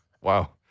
Wow